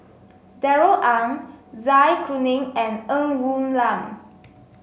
Darrell Ang Zai Kuning and Ng Woon Lam